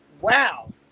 wow